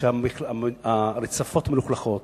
הרצפות מלוכלכות